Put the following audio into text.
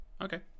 okay